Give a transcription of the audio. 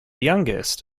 youngest